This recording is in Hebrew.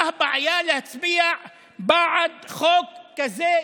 מה הבעיה להצביע בעד חוק כזה,